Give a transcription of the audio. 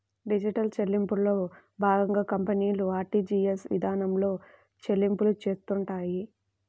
digital చెల్లింపుల్లో భాగంగా కంపెనీలు ఆర్టీజీయస్ ఇదానంలో చెల్లింపులు చేత్తుంటాయి